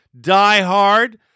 die-hard